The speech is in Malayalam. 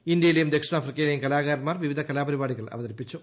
ഇന്ത്യയിലെയും ദക്ഷിണാഫ്രിക്കയിലെയും ്കുലാകാരന്മാർ വിവിധ കലാപരിപാടികൾ അവതരിപ്പിച്ചു